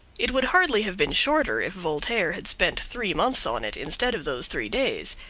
it would hardly have been shorter if voltaire had spent three months on it, instead of those three days.